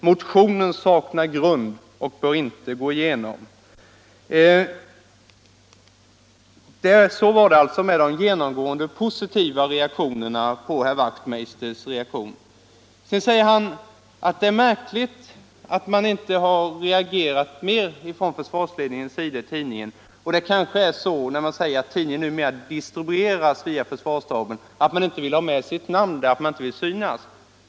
Motionen saknar grund och bör inte gå igenom.” Så var det alltså med de ”genomgående positiva reaktionerna” på herr Wachtmeisters motion. Sedan säger herr Wachtmeister att det är märkligt att försvarsledningen inte har reagerat mer mot tidningen. Det kan kanske bero på att tidningen numera distribueras via försvarsstaben, och att man från försvarets sida inte vill ha sitt namn med och vill synas.